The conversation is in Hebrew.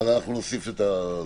נוסיף את זה.